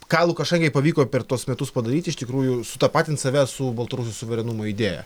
ką lukašenkai pavyko per tuos metus padaryti iš tikrųjų sutapatint save su baltarusijos suverenumo idėja